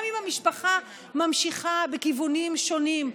גם אם המשפחה ממשיכה בכיוונים שונים.